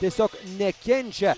tiesiog nekenčia